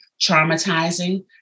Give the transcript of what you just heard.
traumatizing